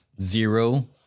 Zero